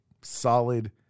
solid